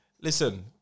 Listen